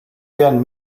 werden